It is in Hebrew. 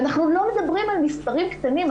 ואנחנו לא מדברים על מספרים קטנים.